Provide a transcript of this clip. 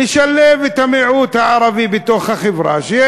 נשלב את המיעוט הערבי בתוך החברה,